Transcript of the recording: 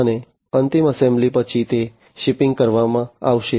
અને અંતિમ એસેમ્બલી પછી તે શિપિંગ કરવામાં આવશે